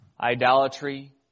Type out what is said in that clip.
idolatry